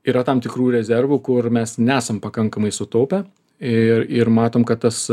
yra tam tikrų rezervų kur mes nesam pakankamai sutaupę ir ir matom kad tas